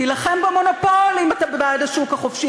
תילחם במונופול אם אתה בעד השוק החופשי.